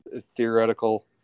theoretical